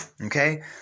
okay